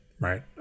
Right